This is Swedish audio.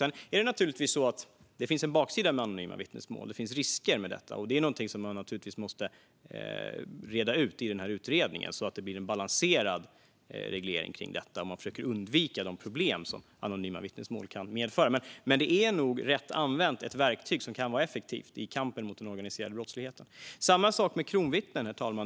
Det finns naturligtvis en baksida och risker med anonyma vittnesmål, och det är någonting som man måste reda ut så att det blir en balanserad reglering kring detta och så att man försöker att undvika de problem som anonyma vittnesmål kan medföra. Men rätt använt är det nog ett verktyg som kan vara effektivt i kampen mot den organiserade brottsligheten. Samma sak gäller kronvittnen, herr talman.